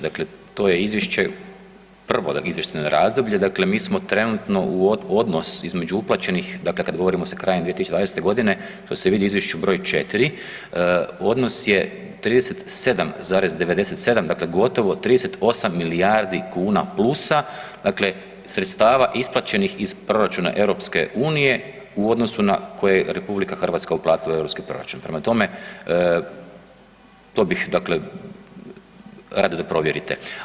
Dakle to je izvješće prvog dakle izvještajno razdoblje, dakle mi smo trenutno, odnos između uplaćenih, dakle kad govorimo sa krajem 2020. g., to se vidi u Izvješću br. 4. Odnos je 37,97%, dakle gotovo 38 milijardi kuna plusa, dakle sredstava isplaćenih iz proračuna EU u odnosu na koje je RH uplatila u europski proračun, prema tome, to bih dakle rado da provjerite.